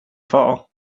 far